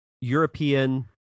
European